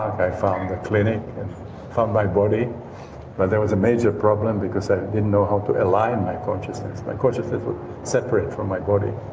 i found the clinic and found my body but there was a major problem, because i didn't know how to align my consciousness. my consciousness was separate from my body.